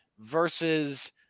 versus